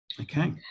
okay